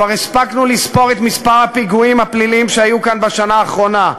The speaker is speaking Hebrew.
כבר הפסקנו לספור את מספר הפיגועים הפליליים שהיו כאן בשנה האחרונה.